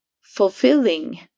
fulfilling